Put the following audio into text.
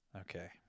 Okay